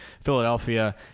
Philadelphia